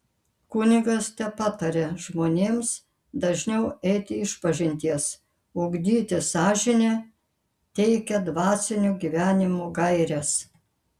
kunigas tepataria žmonėms dažniau eiti išpažinties ugdyti sąžinę teikia dvasinio gyvenimo gaires